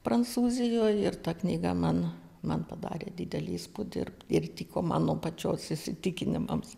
prancūzijoj ir ta knyga man man padarė didelį įspūdį ir tiko mano pačios įsitikinimams